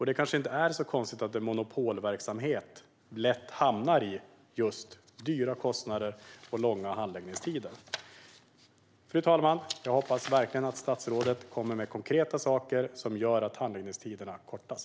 Det kanske inte är så konstigt att en monopolverksamhet lätt hamnar i just det. Fru talman! Jag hoppas verkligen att statsrådet kommer med konkreta saker som gör att handläggningstiderna kortas.